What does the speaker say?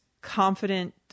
confident